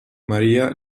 maria